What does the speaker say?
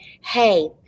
hey